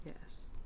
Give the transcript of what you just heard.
Yes